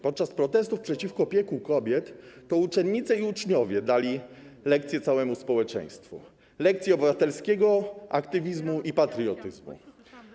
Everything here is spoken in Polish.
Podczas protestów przeciwko piekłu kobiet to uczennice i uczniowie dali lekcję całemu społeczeństwu, lekcję obywatelskiego aktywizmu i patriotyzmu.